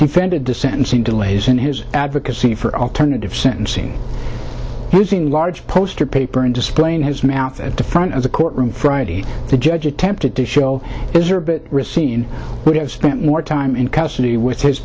confounded to sentencing delays in his advocacy for alternative sentencing using large poster paper and displaying his mouth at the front of the courtroom friday the judge attempted to show is are but ricin would have spent more time in custody with his